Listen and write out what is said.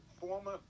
former